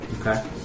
Okay